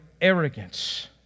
arrogance